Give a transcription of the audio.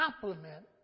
complement